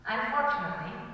Unfortunately